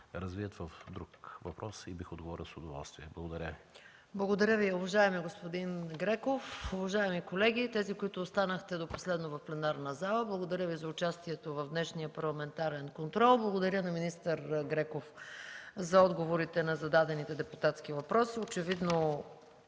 в друг въпрос и бих отговорил с удоволствие. Благодаря Ви. ПРЕДСЕДАТЕЛ МАЯ МАНОЛОВА: Благодаря Ви, уважаеми господин Греков. Уважаеми колеги, тези, които останаха до последно в пленарната зала, благодаря Ви за участието в днешния парламентарен контрол! Благодаря на министър Греков за отговорите на зададените депутатски въпроси. Очевидно